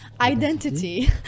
Identity